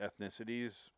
ethnicities